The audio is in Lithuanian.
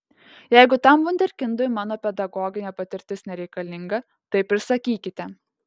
jeigu tam vunderkindui mano pedagoginė patirtis nereikalinga taip ir sakykite